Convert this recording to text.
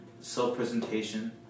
Self-presentation